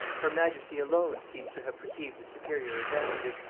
her majesty alone seems to have perceived the superior advantages,